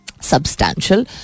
substantial